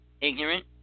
Ignorant